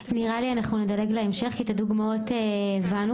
נראה לי שנדלג להמשך כי את הדוגמאות הבנו,